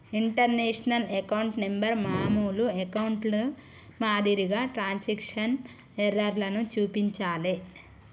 international account number మామూలు అకౌంట్ల మాదిరిగా ట్రాన్స్క్రిప్షన్ ఎర్రర్లను చూపించలే